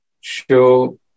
show